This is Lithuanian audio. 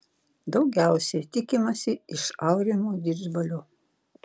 daugiausiai tikimasi iš aurimo didžbalio